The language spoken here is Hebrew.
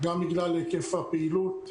גם בגלל היקף הפעילות,